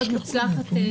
ולעומת זאת רבע,